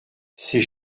ces